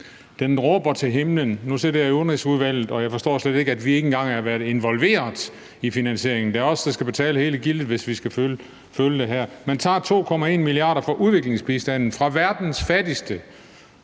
skriger til himlen. Nu sidder jeg i Udenrigsudvalget, og jeg forstår ikke, at vi ikke engang har været involveret i finansieringen. Det er os, der skal betale hele gildet, hvis vi skal følge det her. Man tager 2,1 mia. kr. fra udviklingsbistanden, fra verdens fattigste,